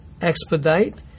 expedite